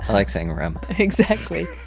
like saying rump exactly.